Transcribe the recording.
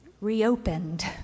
reopened